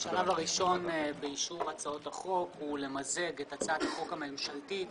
השלב הראשון באישור הצעות החוק הוא למזג את הצעת החוק הממשלתית